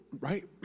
right